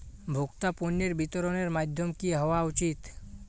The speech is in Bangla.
ভোক্তা পণ্যের বিতরণের মাধ্যম কী হওয়া উচিৎ?